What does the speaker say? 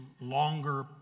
longer